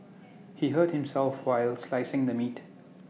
he hurt himself while slicing the meat